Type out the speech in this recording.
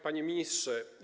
Panie Ministrze!